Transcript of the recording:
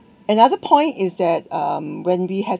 another point is that um when we had